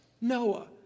Noah